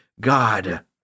God